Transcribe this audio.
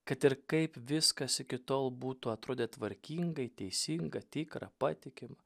kad ir kaip viskas iki tol būtų atrodė tvarkingai teisinga tikra patikima